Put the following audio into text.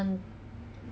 because this kind of thing